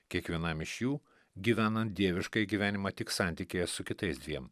kiekvienam iš jų gyvenant dieviškąjį gyvenimą tik santykyje su kitais dviem